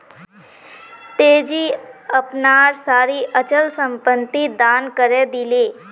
तेजी अपनार सारी अचल संपत्ति दान करे दिले